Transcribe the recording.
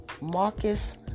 Marcus